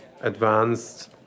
advanced